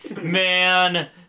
man